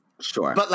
Sure